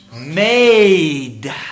Made